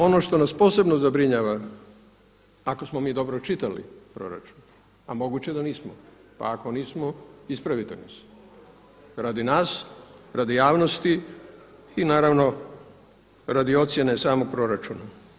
Ono što nas posebno zabrinjava ako smo mi dobro čitali proračun, a moguće da nismo, pa ako nismo ispravite nas, radi nas, radi javnosti i naravno radi ocjene samog proračuna.